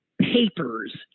papers